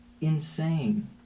insane